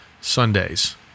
Sundays